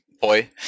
boy